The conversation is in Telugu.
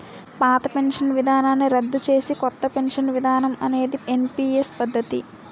పాత పెన్షన్ విధానాన్ని రద్దు చేసి కొత్త పెన్షన్ విధానం అనేది ఎన్పీఎస్ పద్ధతి